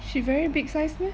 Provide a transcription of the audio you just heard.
she very big size meh